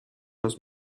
los